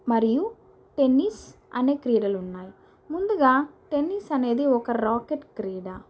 మరియు టెన్నిస్ అనే క్రీడలున్నాయి ముందుగా టెన్నిస్ అనేది ఒక రాకెట్ క్రీడా